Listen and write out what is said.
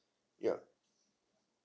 yup